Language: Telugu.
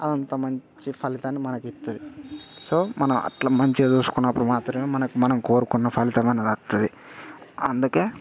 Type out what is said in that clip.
అదంత మంచి ఫలితాన్ని మనకి ఇస్తుంది సో మనం అట్లా మంచిగా చూసుకున్నప్పుడు మాత్రమే మనకి మనం కోరుకున్న ఫలితం అనేది వత్తది అందుకే